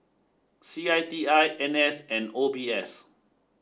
C I T I N S and O B S